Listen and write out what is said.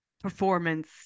performance